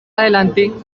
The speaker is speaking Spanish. adelante